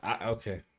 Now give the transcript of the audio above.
Okay